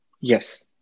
Yes